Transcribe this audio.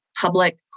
Public